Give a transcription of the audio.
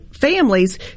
families